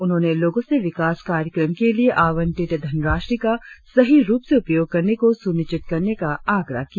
उन्होंने लोगों से विकास कार्यक्रम के लिए आवंटित धनराशि का सही रुप से उपयोग करने को सुनिश्चित करने का आग्रह किया